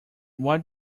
what